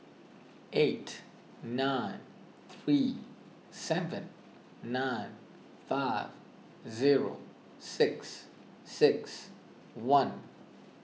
eight nine three seven nine five zeo six six one